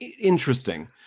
interesting